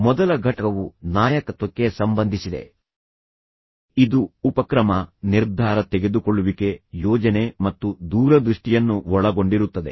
ಮೊದಲ ಘಟಕವು ನಾಯಕತ್ವಕ್ಕೆ ಸಂಬಂಧಿಸಿದೆ ಇದು ಉಪಕ್ರಮ ನಿರ್ಧಾರ ತೆಗೆದುಕೊಳ್ಳುವಿಕೆ ಯೋಜನೆ ಮತ್ತು ದೂರದೃಷ್ಟಿಯನ್ನು ಒಳಗೊಂಡಿರುತ್ತದೆ